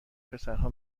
پسرها